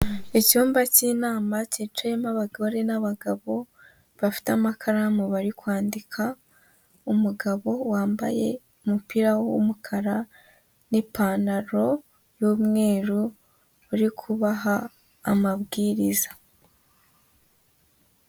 Icyumba cy'inama cyicayemo abagore n'abagabo bafite amakaramu bari kwandika, umugabo wambaye umupira w'umukara n'ipantaro y'umweru uri kubaha amabwiriza.